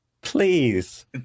please